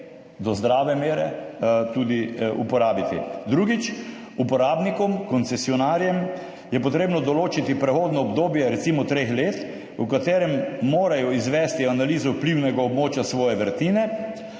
do zdrave mere tudi uporabiti. Drugič. Uporabnikom koncesionarjem je potrebno določiti prehodno obdobje recimo treh let, v katerem morajo izvesti analizo vplivnega območja svoje vrtine